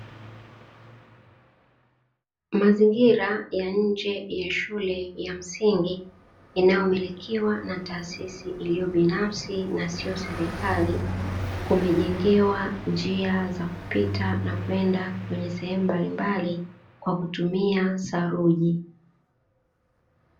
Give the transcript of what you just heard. Mazingira ya nje ya shule ya msingi, inayomilikiwa na taasisi iliyo binafsi na sio serikali, kumejengewa njia za kupita na kwenda kwenye sehemu mbalimbali kwa kutumia Saruji.